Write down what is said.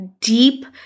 deep